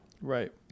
right